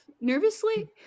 nervously